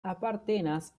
apartenas